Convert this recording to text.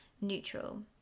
neutral